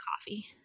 coffee